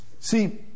See